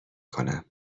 کنم